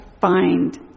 find